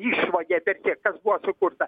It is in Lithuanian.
išvogė per tiek kad buvo sukurta